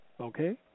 Okay